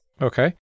Okay